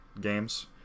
games